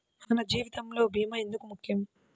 మన జీవితములో భీమా ఎందుకు ముఖ్యం?